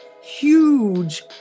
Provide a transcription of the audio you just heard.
huge